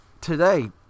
today